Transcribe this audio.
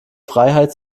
freiheit